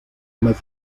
más